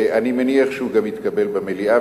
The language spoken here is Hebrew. אני מניח שהוא גם יתקבל במליאה,